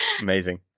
amazing